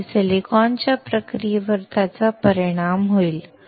म्हणजेच सिलिकॉनच्या प्रक्रियेवर त्याचा परिणाम होईल